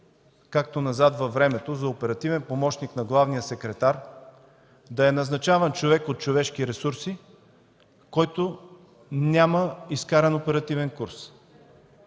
както назад във времето, за оперативен помощник на главния секретар да е назначаван човек от „Човешки ресурси”, който няма изкаран оперативен курс